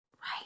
Right